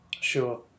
sure